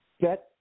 get